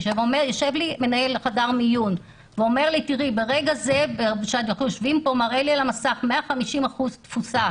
כשיושב מנהל חדר מיון ואומר שברגע שאנחנו יושבים יש 150% תפוסה